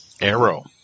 Arrow